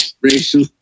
racial